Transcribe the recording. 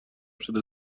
شده